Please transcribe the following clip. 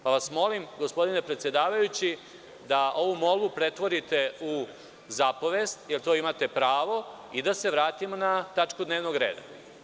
Molim vas, gospodine predsedavajući, da ovu molbu pretvorite u zapovesti, jer na to imate pravo, i da se vratimo na tačku dnevnog reda.